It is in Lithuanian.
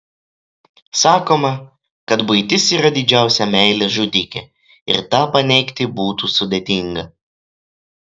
sakoma kad buitis yra didžiausia meilės žudikė ir tą paneigti būtų sudėtinga